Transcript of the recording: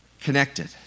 connected